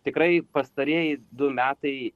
tikrai pastarieji du metai